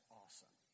awesome